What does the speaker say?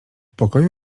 pokoju